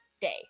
day